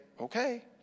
okay